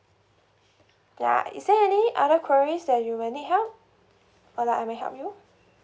ya is there any other queries that you may need help or like I may help you